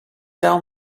down